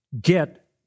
get